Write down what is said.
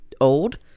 old